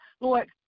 lord